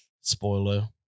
Spoiler